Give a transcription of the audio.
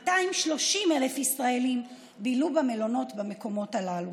230,000 ישראלים בילו במלונות במקומות הללו.